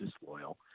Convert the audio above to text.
disloyal